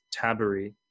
Tabari